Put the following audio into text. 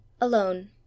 alone